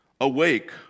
Awake